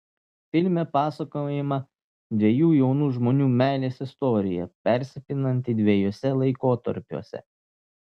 filme pasakojama dviejų jaunų žmonių meilės istorija persipinanti dviejuose laikotarpiuose